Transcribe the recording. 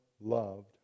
loved